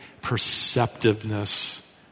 perceptiveness